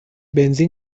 بنزین